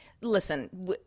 listen